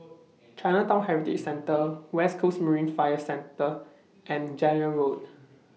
Chinatown Heritage Centre West Coast Marine Fire Station and Zehnder Road